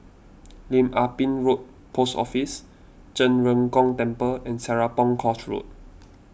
Lim Ah Pin Road Post Office Zhen Ren Gong Temple and Serapong Course Road